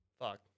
Fuck